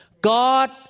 God